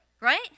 right